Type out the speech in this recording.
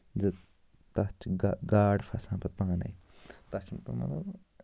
زِ تَتھ چھِ گہ گاڈ پھسان پَتہٕ پانَے تَتھ چھُنہٕ پٮ۪وان مطلب